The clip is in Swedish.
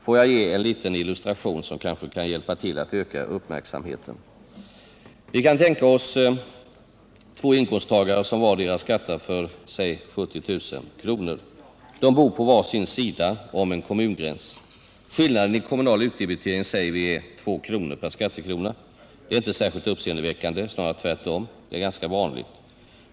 Får jag ge en liten illustration som kanske kan hjälpa till att öka uppmärksamheten. Vi kan tänka oss två inkomsttagare som vardera skattar för 70 000 kr. De bor på var sin sida om en kommungräns. Skillnaden i kommunal utdebitering säger vi är 2 kr. per skattekrona. Det är inte särskilt uppseendeväckande, snarare tvärtom. Det är ganska vanligt.